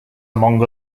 among